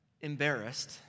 embarrassed